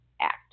Act